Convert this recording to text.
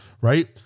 right